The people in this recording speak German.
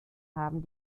haben